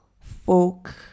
folk